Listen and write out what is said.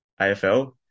AFL